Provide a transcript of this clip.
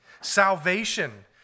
Salvation